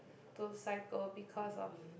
to cycle because of